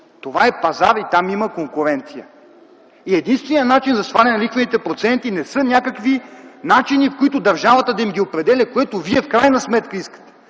Това е пазар и там има конкуренция. И единственият начин за сваляне на лихвените проценти не са някакви начини, по които държавата да ги определя, което Вие в крайна сметка искате.